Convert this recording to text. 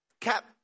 Cap